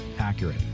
accurate